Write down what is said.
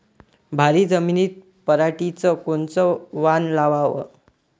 भारी जमिनीत पराटीचं कोनचं वान लावाव?